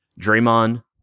Draymond